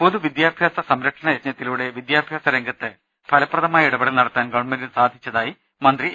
പൊതുവിദ്യാഭ്യാസ സംരക്ഷണയജ്ഞത്തിലൂടെ വിദ്യാഭ്യാസ രംഗത്ത് ഫലപ്രദമായ ഇടപെടൽ നടത്താൻ ഗവൺമെന്റിന് സാധിച്ചതായി മന്ത്രി എ